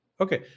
Okay